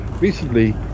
recently